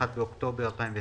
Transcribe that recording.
1 באוקטובר 2020,